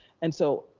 and so.